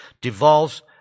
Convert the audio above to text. devolves